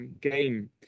game